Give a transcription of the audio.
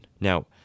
Now